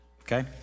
okay